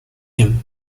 him